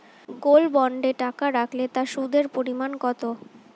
Gold বন্ডে টাকা রাখলে তা সুদের পরিমাণ কত?